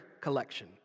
collection